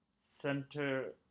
center